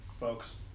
folks